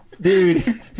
dude